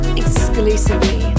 exclusively